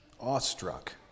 awestruck